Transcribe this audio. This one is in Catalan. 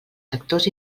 sectors